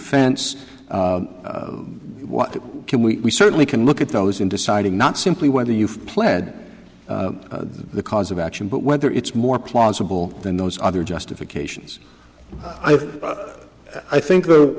fence what can we certainly can look at those in deciding not simply whether you've pled the cause of action but whether it's more plausible than those other justifications i think